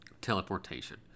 teleportation